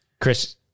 Chris